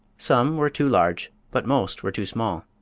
some were too large, but most were too small.